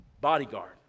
bodyguard